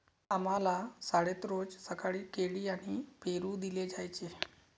आम्हाला शाळेत रोज सकाळी केळी आणि पेरू दिले जायचे